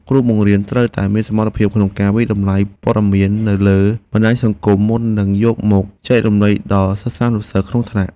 គ្រូបង្រៀនត្រូវមានសមត្ថភាពក្នុងការវាយតម្លៃព័ត៌មាននៅលើបណ្តាញសង្គមមុននឹងយកមកចែករំលែកដល់សិស្សានុសិស្សក្នុងថ្នាក់។